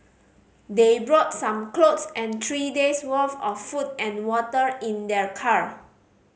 they brought some clothes and three days' worth of food and water in their car